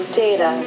data